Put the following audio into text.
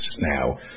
now